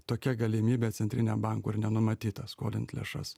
tokia galimybė centrinio banko ir nenumatyta skolint lėšas